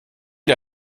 der